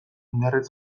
indarrez